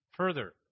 Further